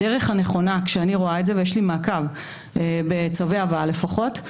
הדרך הנכונה כשאני רואה את זה ויש לי מעקב בצווי הבאה לפחות,